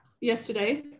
yesterday